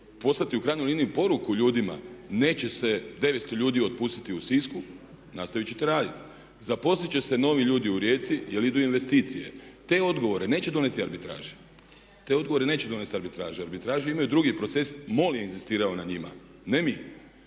poslati u krajnjoj liniji poruku ljudima, neće se 900 ljudi otpustiti u Sisku, nastaviti ćete raditi. Zaposliti će se novi ljudi u Rijeci jer idu investicije. Te odgovore neće donijeti arbitraže. Te odgovore neće donijeti arbitraže, arbitraže imaju drugi proces. MOL je inzistirao na njima, ne mi.